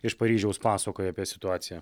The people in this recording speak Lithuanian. iš paryžiaus pasakoja apie situaciją